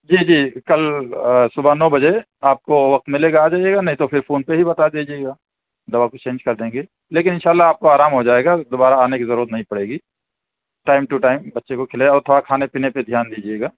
جی جی کل آ صبح نو بجے آپ کو وقت مِلے گا آ جائیے گا نہیں تو پھر فون پہ ہی بتا دیجئے گا دوا پھر چینج کردیں گے لیکن انشاء اللہ آپ کو آرام ہوجائے گا دوبارہ آنے کی ضرورت نہیں پڑے گی ٹائم ٹو ٹائم بچے کو کھلائیے اور تھوڑا کھانے پینے پہ دھیان دجیئے گا